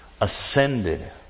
ascended